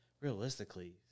realistically